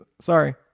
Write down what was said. sorry